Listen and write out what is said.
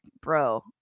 Bro